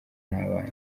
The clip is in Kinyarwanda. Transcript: n’abana